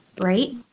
right